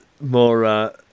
More